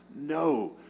no